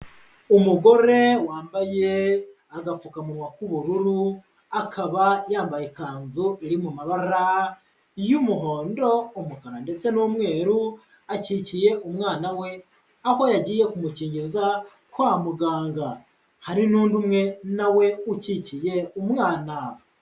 Umugore wambaye agapfukamunwa k'ubururu, akaba yambaye ikanzu iri mu mabara y'umuhondo, umukara ndetse n'umweru, akikiye umwana we aho yagiye kumukingiza kwa muganga, hari n'undi umwe na we ukikiye umwana.